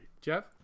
jeff